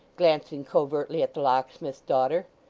glancing covertly at the locksmith's daughter.